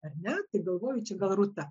ar ne taip galvoju čia gal rūta